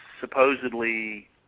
supposedly